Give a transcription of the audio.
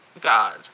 god